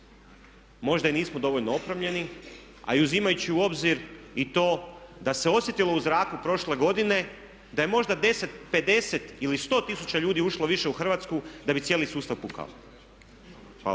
možda i nismo dovoljno opremljeni a i uzimajući u obzir i to da se osjetilo u zraku prošle godine da je možda 10, 50 ili 100 tisuća ljudi ušlo više u Hrvatsku da bi cijeli sustav pukao. Hvala.